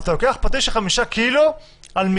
אז אתה לוקח פטיש של חמישה קילו --- אז